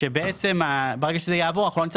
שבעצם ברגע שזה יעבור אנחנו לא נצטרך